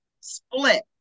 split